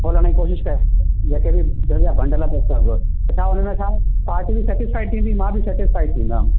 खोलण जी कोशिशि करे जेके बि ज़रूरी आहे बंडल हुन में छा आहे पार्टी बि सैटिस्फाइड थींदी मां बि सैटिस्फाइड थींदमि